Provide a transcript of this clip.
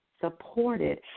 Supported